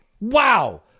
wow